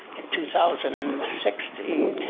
two thousand and sixteen,